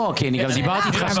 גם דיברתי איתך.